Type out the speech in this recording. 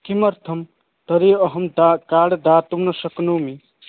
किमर्थं तर्हि अहं दा कार्ड् दातुं न शक्नोमि